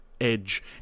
edge